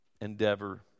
endeavor